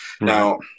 Now